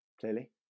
clearly